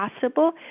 possible